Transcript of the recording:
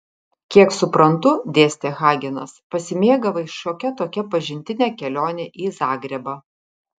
kiek suprantu dėstė hagenas pasimėgavai šiokia tokia pažintine kelione į zagrebą